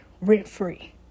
rent-free